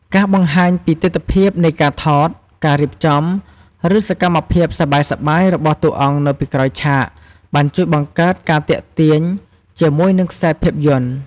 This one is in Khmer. ការបង្ហាញពីទិដ្ឋភាពនៃការថត ការរៀបចំ ឬសកម្មភាពសប្បាយៗរបស់តួអង្គនៅពីក្រោយឆាកបានជួយបង្កើតការទាក់ទាញជាមួយនឹងខ្សែភាពយន្ត។